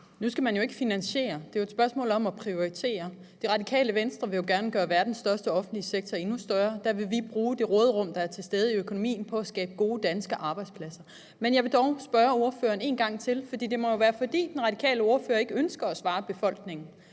man jo ikke finansiere; det er et spørgsmål om at prioritere. Det Radikale Venstre vil jo gerne gøre verdens største offentlige sektor endnu større. Der vil vi bruge det råderum, der er til stede i økonomien, på at skabe gode danske arbejdspladser. Men jeg vil dog spørge ordføreren en gang til, for det må jo være, fordi den radikale ordfører ikke ønsker at svare befolkningen,